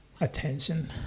attention